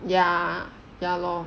ya ya lor